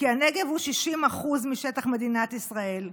כי הנגב הוא 60% משטח מדינת ישראל,